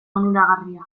onuragarria